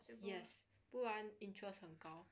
yes 不然 interest 很高